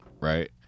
right